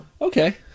Okay